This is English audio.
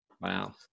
Wow